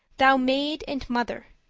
thou maid and mother,